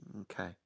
Okay